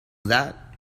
that